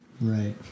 right